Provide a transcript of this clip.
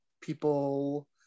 people